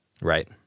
right